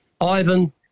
Ivan